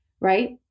right